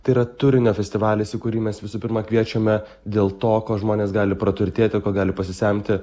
tai yra turinio festivalis į kurį mes visų pirma kviečiame dėl to ko žmonės gali praturtėti ir ko gali pasisemti